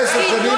אחרי עשר שנים,